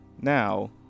Now